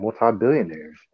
multi-billionaires